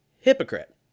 Hypocrite